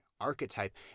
Archetype